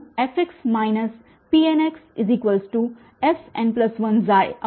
Ent fx Pnxfn1n1